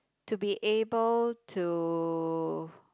to be able to